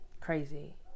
Crazy